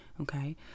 okay